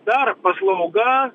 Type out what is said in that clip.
dar paslauga